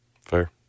Fair